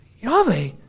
Yahweh